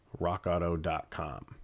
rockauto.com